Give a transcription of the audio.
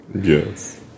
Yes